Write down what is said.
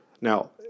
now